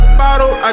bottle